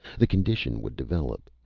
the condition would develop.